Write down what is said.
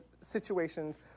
situations